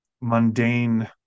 mundane